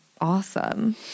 awesome